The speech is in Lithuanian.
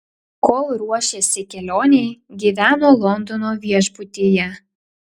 kol ruošėsi kelionei gyveno londono viešbutyje